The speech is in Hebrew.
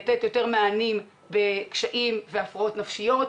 לתת יותר מענים בקשיים והפרעות נפשיות.